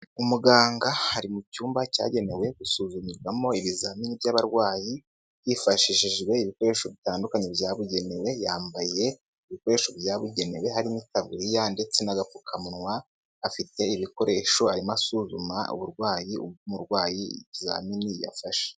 Umuganga ari mu cyumba cyagenewe gusuzumirwamo ibizamini by'abarwayi, hifashishijwe ibikoresho bitandukanye byabugenewe ,yambaye ibikoresho byabugenewe harimo amataburiya ndetse n'apfukamunwa, afite ibikoresho arimo asuzuma uburwayi bw'umurwayi ikizamini yafashe.